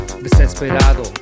desesperado